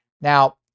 Now